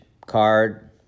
card